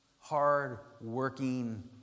hard-working